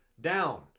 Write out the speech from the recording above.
down